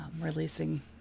releasing